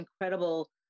incredible